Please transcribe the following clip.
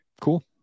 cool